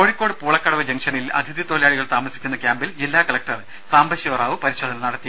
രദേ കോഴിക്കോട് പൂളക്കളവ് ജങ്ഷനിൽ അതിഥി തൊഴിലാളികൾ താമസിക്കുന്ന ക്യാമ്പിൽ ജില്ലാ കലക്ടർ സാംബശിവ റാവു പരിശോധന നടത്തി